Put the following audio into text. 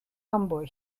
hamburg